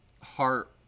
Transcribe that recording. heart